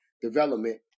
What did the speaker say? development